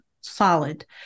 solid